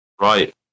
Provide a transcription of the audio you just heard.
Right